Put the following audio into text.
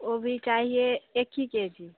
वह भी चाहिए एक ही के जी